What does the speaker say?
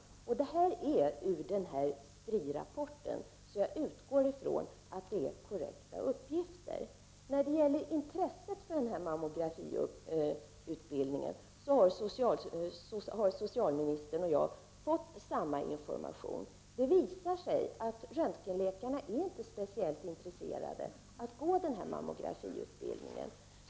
Eftersom 'dessa uppgifter är tagna från rapporten från Spri, utgår jag ifrån att de är korrekta. När det gäller intresset för mammografiutbildning har socialministern och jag fått samma information. Det visar sig att röntgenläkarna inte är speciellt intresserade av att genomgå mammografiutbildning.